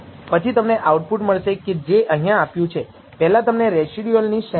પછી તમને આઉટપુટ મળશે કે જે અહીંયા આપ્યું છે પહેલા તમને રેસીડ્યુઅલ ની શ્રેણી મળશે